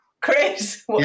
Chris